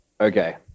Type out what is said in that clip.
Okay